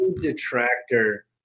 Detractor